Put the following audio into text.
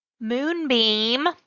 moonbeam